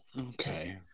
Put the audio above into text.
Okay